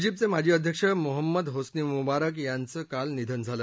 जिप्तचे माजी अध्यक्ष Mohammed Hosni Mubarak यांच काल निधन झालं